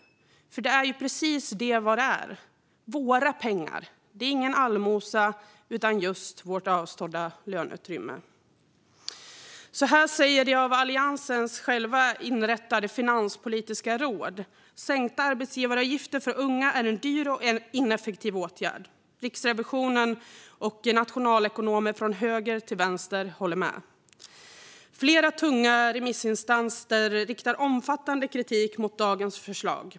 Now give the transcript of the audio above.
Detta är ju precis vad det är - våra pengar. Det är ingen allmosa, utan det är vårt avstådda löneutrymme. Finanspolitiska rådet, som inrättades av Alliansen själva, säger att sänkta arbetsgivaravgifter för unga är en dyr och ineffektiv åtgärd. Riksrevisionen och nationalekonomer från höger till vänster håller med. Flera tunga remissinstanser riktar omfattande kritik mot dagens förslag.